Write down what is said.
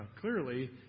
clearly